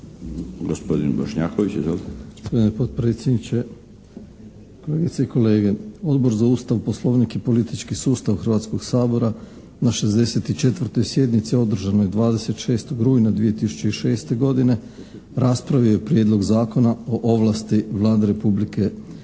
Gospodin Bošnjaković, izvolite.